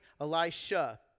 Elisha